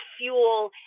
fuel